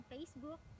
Facebook